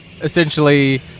essentially